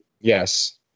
Yes